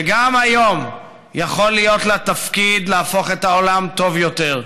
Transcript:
וגם היום יכול להיות לה תפקיד להפוך את העולם לטוב יותר.